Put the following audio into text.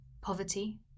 Poverty